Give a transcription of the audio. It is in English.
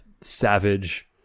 savage